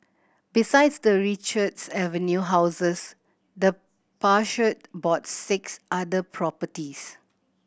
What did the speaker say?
besides the Richards Avenue houses the patriarch bought six other properties